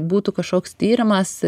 būtų kažkoks tyrimas